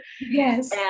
Yes